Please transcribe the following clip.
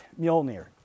Mjolnir